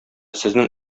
сезнең